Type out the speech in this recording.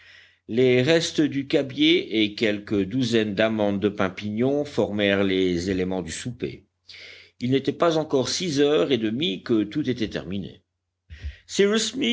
les restes du cabiai et quelques douzaines d'amandes de pin pignon formèrent les éléments du souper il n'était pas encore six heures et demie que tout était terminé